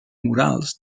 morals